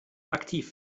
aktiv